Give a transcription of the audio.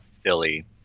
Philly